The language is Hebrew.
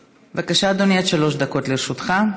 בבקשה, אדוני, עד שלוש דקות לרשותך.